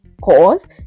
cause